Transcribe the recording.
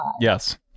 Yes